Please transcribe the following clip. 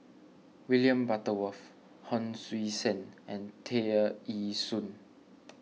William Butterworth Hon Sui Sen and Tear Ee Soon